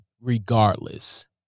regardless